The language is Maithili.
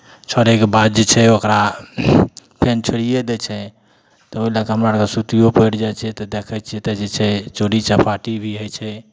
छोड़यके बाद जे छै ओकरा फेर छोड़िए दै छै तऽ ओहि लऽ कऽ हमरा अरके सुतिओ पड़ि जाइ छै तऽ देखै छियै तऽ जे छै चोरी चपाटी भी होइ छै